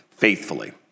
Faithfully